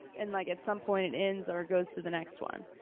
and like at some point, it ends or goes to the next one.